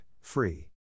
free